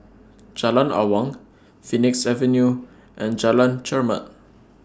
Jalan Awang Phoenix Avenue and Jalan Chermat